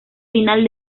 final